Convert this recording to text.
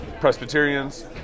Presbyterians